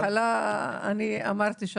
בהתחלה אני אמרתי,